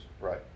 right